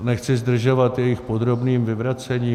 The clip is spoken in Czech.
Nechci zdržovat jejich podrobným vyvracením.